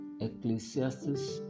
Ecclesiastes